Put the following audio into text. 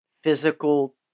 physical